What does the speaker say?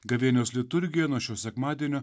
gavėnios liturgija nuo šio sekmadienio